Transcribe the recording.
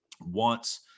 wants